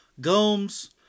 Gomes